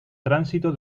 tránsito